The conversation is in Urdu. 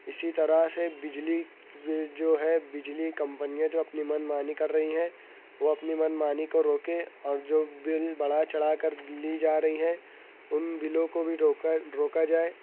اسی طرح سے بجلی جو ہے بجلی کمپنیاں جو اپنی من مانی کررہی ہیں وہ اپنی من مانی کو روکیں اور جو بل بڑھا چڑھا کر لی جا رہی ہے ان بلوں کو بھی روکا روکا جائے